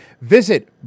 Visit